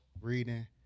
reading